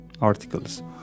articles